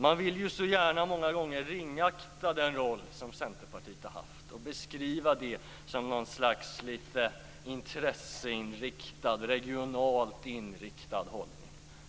Man vill ju så gärna ringakta den roll som Centerpartiet har haft och beskriva den som en intresseinriktad och regionalt inriktad hållning.